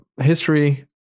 history